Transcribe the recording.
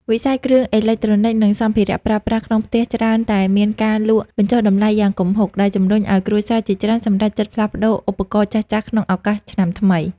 វិស័យគ្រឿងអេឡិចត្រូនិក និងសម្ភារៈប្រើប្រាស់ក្នុងផ្ទះច្រើនតែមានការលក់បញ្ចុះតម្លៃយ៉ាងគំហុក ដែលជំរុញឱ្យគ្រួសារជាច្រើនសម្រេចចិត្តផ្លាស់ប្តូរឧបករណ៍ចាស់ៗក្នុងឱកាសឆ្នាំថ្មី។